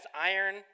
iron